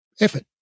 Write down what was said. effort